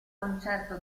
concerto